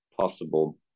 possible